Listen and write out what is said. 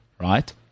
right